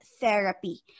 therapy